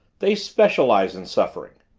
they specialize in suffering.